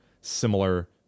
similar